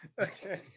okay